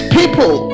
people